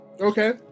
Okay